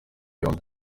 yombi